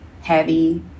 heavy